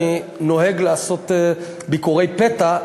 אני נוהג לעשות ביקורי פתע,